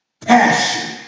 passion